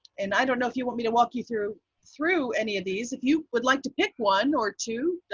and i don't know if you want me to walk you through through any of these. if you would like to pick one or two,